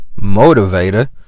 motivator